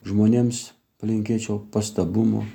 žmonėms palinkėčiau pastabumo